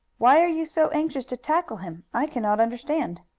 why are you so anxious to tackle him? i cannot understand.